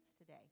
today